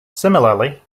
similarly